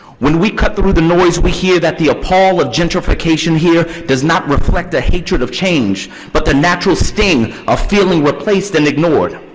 when we cut through the noise we hear that the appall of gentrification here does not reflect a hatred of change but the natural sting of feeling replaced and ignored.